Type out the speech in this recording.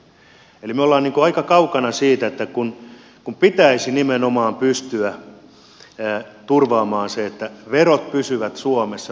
me olemme aika kaukana siitä kun pitäisi nimenomaan pystyä turvaamaan se että verot pysyvät suomessa